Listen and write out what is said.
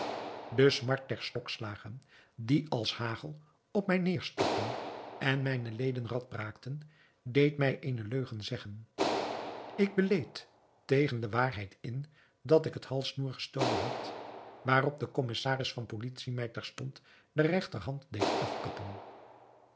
de smart der stokslagen die als hagel op mij nederstortten en mijne leden radbraakten deed mij eene leugen zeggen ik beleed tegen de waarheid in dat ik het halssnoer gestolen had waarop de commissaris van policie mij terstond de regterhand deed afkappen